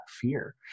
fear